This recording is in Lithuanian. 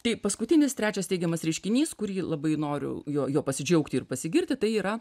tai paskutinis trečias teigiamas reiškinys kurį labai noriu juo juo pasidžiaugti ir pasigirti tai yra